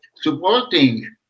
supporting